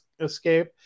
escape